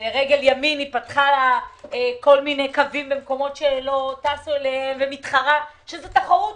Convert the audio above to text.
פתחה קווים במקומות שלא טסו אליהם, שזו תחרות